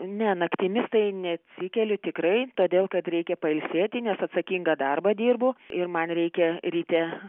ne naktimis tai neatsikeliu tikrai todėl kad reikia pailsėti nes atsakingą darbą dirbu ir man reikia ryte